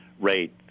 rate